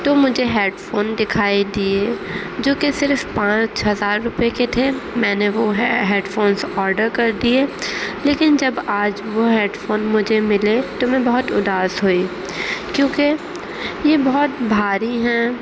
تو مجھے headphone دکھائی دیے جو کہ صرف پانچ ہزار روپئے کے تھے میں نے وہ ہیڈ فونس آڈر کر دیے لیکن جب آج وہ ہیڈ فون مجھے ملے تو میں بہت اداس ہوئی کیونکہ یہ بہت بھاری ہیں